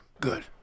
Good